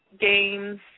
games